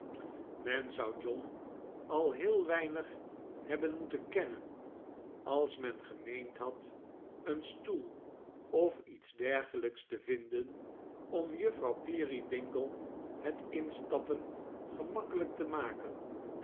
men zou john al heel weinig hebben moeten kennem als men gemeend had een stoel of iets dergelijks te vinden om juffrouw peerybdngle het instappen gemakkelijk te maken